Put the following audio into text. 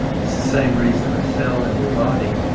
is the same reason a cell in your body